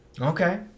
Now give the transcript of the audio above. Okay